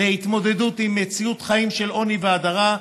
להתמודדות עם מציאות חיים של עוני והדרה,